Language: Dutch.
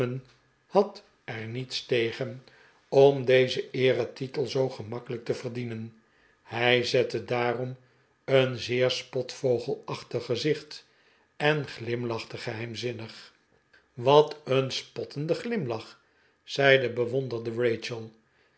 had er niets tegen om dezen eeretitel zoo gemakkelijk te verdierien hij zette daarom een zeer spotvogelachtig gezicht en glimlachte geheimzinnig wat een spottende glimlach zei de bewonderende